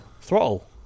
throttle